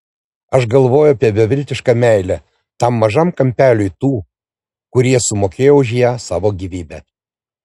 aš galvoju apie beviltišką meilę tam mažam kampeliui tų kurie sumokėjo už ją savo gyvybe